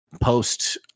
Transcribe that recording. post